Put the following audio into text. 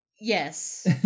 Yes